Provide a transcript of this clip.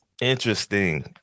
Interesting